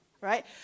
right